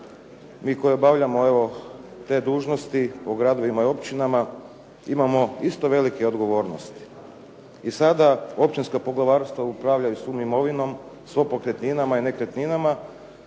mi koji obavljamo evo te dužnosti po gradovima i općinama imamo isto velike odgovornosti. I sada općinska poglavarstva upravljaju svom imovinom, svim pokretninama i nekretninama,